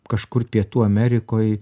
kažkur pietų amerikoj